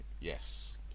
yes